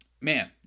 man